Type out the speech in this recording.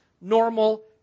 normal